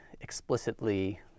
explicitly